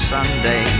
Sunday